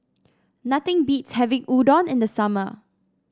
nothing beats having Udon in the summer